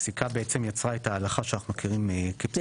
הפסיקה יצרה את ההלכה שאנחנו מכירים כהלכת